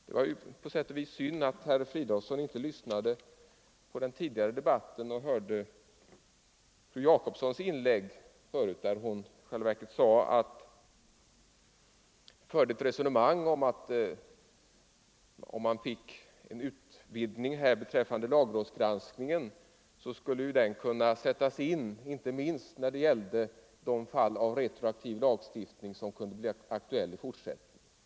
Det var på sätt och vis synd att herr Fridolfsson inte lyssnade på den föregående debatten då fru Jacobsson sade att om lagrådsgranskningen kunde utvidgas, så skulle den kunna sättas in inte minst när det gällde de fall av retroaktiv lagstiftning som kunde bli aktuella i fortsättningen.